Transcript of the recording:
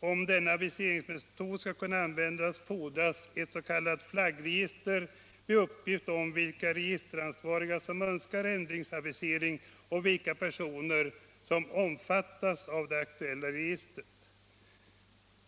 Om denna aviseringsmetod skall kunna användas fordras ett s.k. flaggregister, med uppgift om vilka registreringsansvariga som önskar ändringsavisering och vilka personer som omfattas av det aktuella registret.